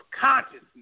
consciousness